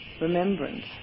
remembrance